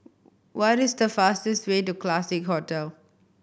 what is the fastest way to Classique Hotel